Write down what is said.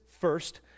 first